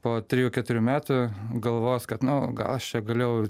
po trijų keturių metų galvos kad nu gal aš čia galiu